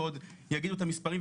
ועוד יגידו את המספרים,